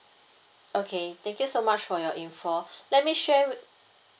okay thank you so much for your info let me share